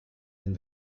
den